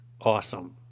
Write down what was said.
awesome